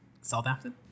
Southampton